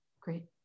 Great